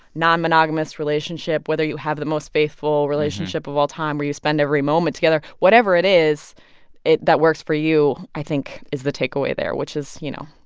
non-monogamous relationship, whether you have the most faithful relationship of all time where you spend every moment together whatever it is that works for you, i think, is the takeaway there which is, you know,